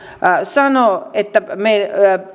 sanoo että